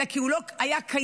אלא כי הוא לא היה קיים,